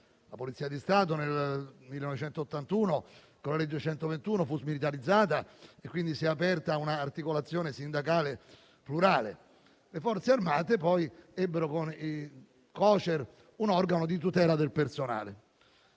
la Polizia di Stato nel 1981, con la legge n. 121, fu smilitarizzata e quindi si è aperta a un'articolazione sindacale plurale; le Forze armate ebbero, con i Co.Ce.R, un organo di tutela del personale.